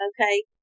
Okay